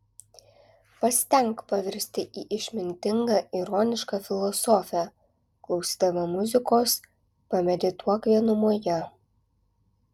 pasistenk pavirsti į išmintingą ironišką filosofę klausydama muzikos pamedituok vienumoje